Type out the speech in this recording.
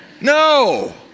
No